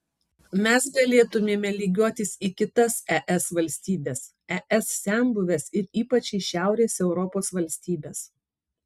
mes galėtumėme lygiuotis į kitas es valstybes es senbuves ir ypač į šiaurės europos valstybes